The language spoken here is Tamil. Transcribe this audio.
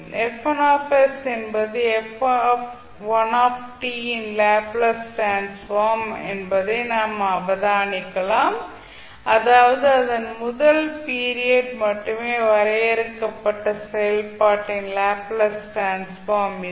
F1 என்பது f1 இன் லேப்ளேஸ் டிரான்ஸ்ஃபார்ம் என்பதை நாம் அவதானிக்கலாம் அதாவது அதன் முதல் பீரியட் ல் மட்டுமே வரையறுக்கப்பட்ட செயல்பாட்டின் லேப்ளேஸ் டிரான்ஸ்ஃபார்ம் இது